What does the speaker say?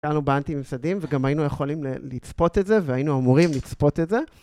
הכרנו באנטי-ממסדים וגם היינו יכולים לצפות את זה והיינו אמורים לצפות את זה.